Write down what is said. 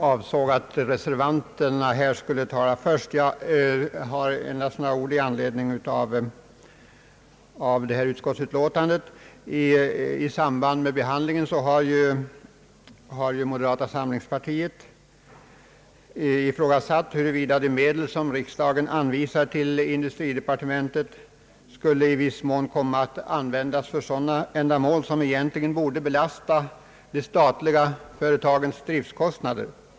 Herr talman! I samband med behandlingen av denna punkt har moderata samlingspartiet i motioner ifrågasatt huruvida inte de medel som riksdagen anvisar till industridepartementet i viss mån skulle komma att användas för sådana ändamål som egentligen borde belasta de statliga företagens driftkostnader.